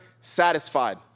satisfied